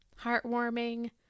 heartwarming